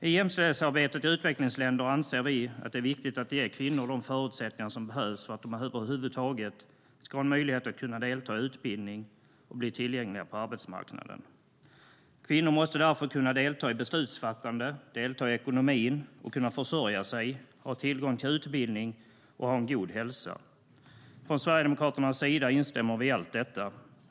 I jämställdhetsarbetet i utvecklingsländer anser vi att det är viktigt att ge kvinnor de förutsättningar som behövs för att de över huvud taget ska ha en möjlighet att delta i utbildning och bli tillgängliga på arbetsmarknaden. Kvinnor måste därför kunna delta i beslutsfattande, delta i ekonomin, kunna försörja sig, ha tillgång till utbildning och ha en god hälsa. Vi i Sverigedemokraterna instämmer i allt detta.